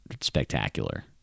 spectacular